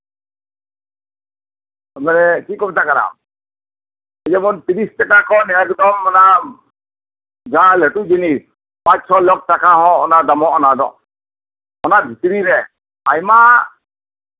ᱵᱚᱞᱮ ᱪᱮᱫ ᱠᱚ ᱢᱮᱛᱟᱜ ᱠᱟᱱᱟ ᱡᱮᱢᱚᱱ ᱛᱤᱨᱤᱥ ᱴᱟᱠᱟ ᱠᱷᱚᱱ ᱮᱛᱮᱦᱮᱵ ᱠᱟᱛᱮ ᱮᱠᱫᱚᱢ ᱚᱱᱟ ᱡᱟᱦᱟᱸ ᱞᱟᱹᱴᱩ ᱡᱤᱱᱤᱥ ᱯᱟᱸᱪᱼᱪᱷᱚ ᱞᱟᱠ ᱴᱟᱠᱟ ᱦᱚᱸ ᱫᱟᱢᱚᱜᱼᱟ ᱚᱱᱟᱫᱚ ᱚᱱᱟ ᱵᱷᱚᱛᱨᱚ ᱨᱮ ᱟᱭᱢᱟ